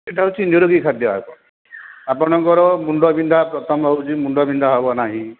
ଏଟା ହେଉଛି ନିରୋଗୀ ଖାଦ୍ୟ ଆ ଆପଣଙ୍କର ମୁଣ୍ଡ ବିନ୍ଧା ପ୍ରଥମ ହେଉଛି ମୁଣ୍ଡ ବିନ୍ଧା ହେବ ନାହିଁ